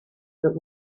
that